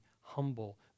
humble